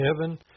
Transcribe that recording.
heaven